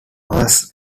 mars